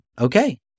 okay